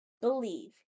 Believe